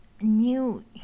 new